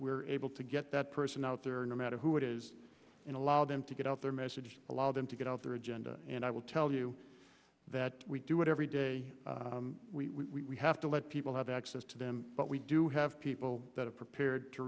were able to get that person out there are no matter who it is and allow them to get out their message allow them to get off their agenda and i will tell you that we do it every day we have to let people have access to them but we do have people that are prepared to